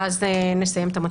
ואז נסיים את המצגת.